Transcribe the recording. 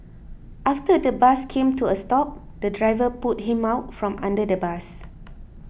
after the bus came to a stop the driver pulled him out from under the bus